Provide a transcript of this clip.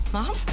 Mom